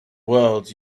world